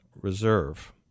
Reserve